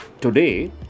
Today